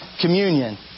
Communion